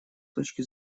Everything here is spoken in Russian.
точки